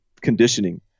conditioning